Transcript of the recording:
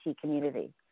community